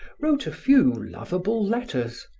wrote a few loveable letters,